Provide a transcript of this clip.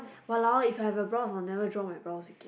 !walao! if I were have brows I never draw my brows again